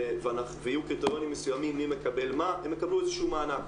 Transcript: ויהיו קריטריונים מסוימים מי מקבל מה הם יקבלו איזשהו מענק.